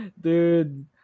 Dude